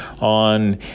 on